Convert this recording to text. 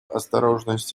осторожность